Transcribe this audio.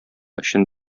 өчен